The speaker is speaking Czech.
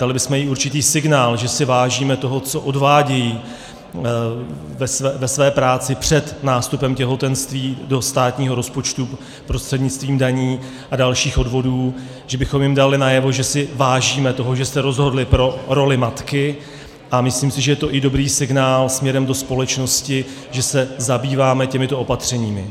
Dali bychom i určitý signál, že si vážíme toho, co odvádějí ve své práci před nástupem těhotenství do státního rozpočtu prostřednictvím daní a dalších odvodů, že bychom jim dali najevo, že si vážíme toho, že se rozhodly pro roli matky, a myslím si, že je to i dobrý signál směrem do společnosti, že se zabýváme těmito opatřeními.